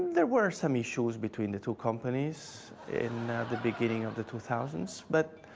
there were some issues between the two companies in the beginning of the two thousand s, but.